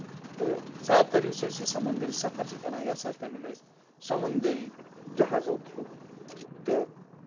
تہٕ زیادٕ تَر یُس أسۍ یہِ سَمندٔری سَفر چھِ کران یہِ ہسا چھِ کران أسۍ سَمندٔری جَہازو تھروٗ تہٕ